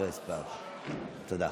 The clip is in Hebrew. תודה.